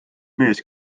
mees